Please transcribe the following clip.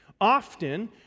often